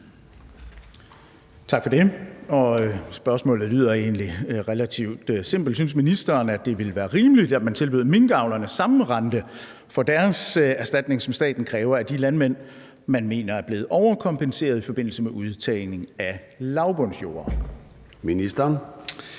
Tak for det, og spørgsmålet lyder egentlig relativt simpelt sådan: Synes ministeren, at det ville være rimeligt, at man tilbød minkavlerne samme rente for deres erstatning, som staten kræver af de landmænd, man mener er blevet overkompenseret i forbindelse med udtagning af lavbundsjorder?